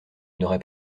n’aurait